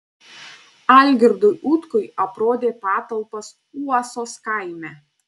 algirdui utkui aprodė patalpas uosos kaime